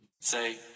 Say